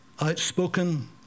Outspoken